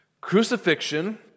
crucifixion